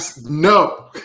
No